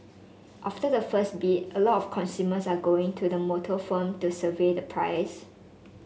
after the first bid a lot of consumers are going to the motor firm to survey the price